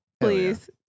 Please